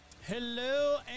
Hello